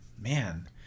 man